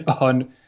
on